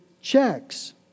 checks